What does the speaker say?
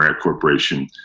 Corporation